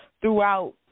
throughout